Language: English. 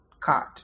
card